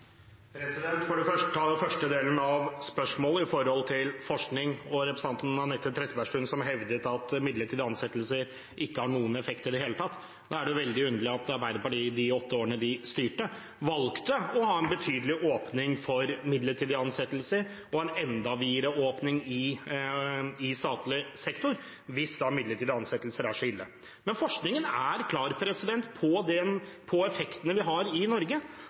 For å ta den første delen av spørsmålet, om forskning og representanten Anette Trettebergstuen som hevder at midlertidige ansettelser ikke har noen effekt i det hele tatt. Det er jo veldig underlig at Arbeiderpartiet i de åtte årene de styrte, valgte å ha en betydelig åpning for midlertidige ansettelser og en enda videre åpning i statlig sektor hvis midlertidige ansettelser er så ille. Men forskningen er klar på effektene det har i Norge: